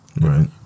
right